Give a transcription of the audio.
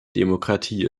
demokratie